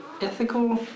ethical